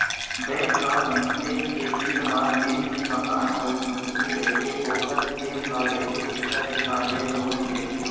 bank ह मनसे के तीर म जेन भी मकान अउ संपत्ति रहिथे ओखर जेन भाव रहिथे तेखर हिसाब ले लोन देथे